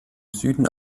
süden